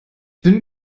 bin